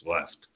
left